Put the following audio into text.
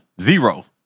Zero